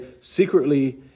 secretly